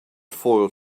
foiled